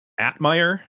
Atmeyer